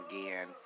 again